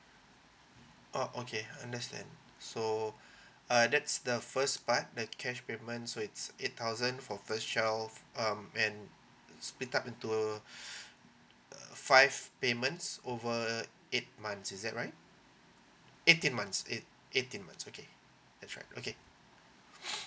oh okay I understand so uh that's the first part that cash payment so it's eight thousand for first child um and split up into uh five payments over uh eight months is that right eighteen months eight eighteen months okay that's right okay